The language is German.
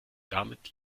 damit